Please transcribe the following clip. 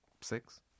Six